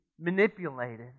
manipulated